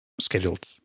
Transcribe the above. scheduled